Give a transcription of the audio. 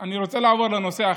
אני רוצה לעבור לנושא אחר: